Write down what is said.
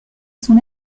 son